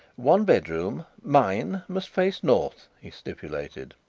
one bedroom, mine, must face north, he stipulated.